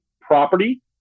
property